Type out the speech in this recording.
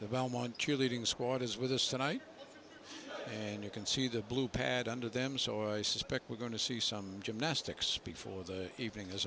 of elmont cheerleading squad is with us tonight and you can see the blue pad under them so i suspect we're going to see some gymnastics before the evening is